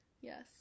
Yes